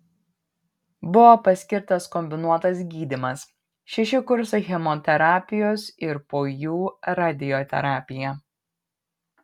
buvo paskirtas kombinuotas gydymas šeši kursai chemoterapijos ir po jų radioterapija